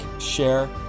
share